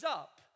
up